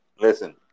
Listen